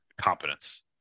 competence